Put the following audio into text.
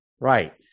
Right